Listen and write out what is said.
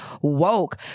woke